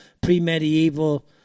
pre-medieval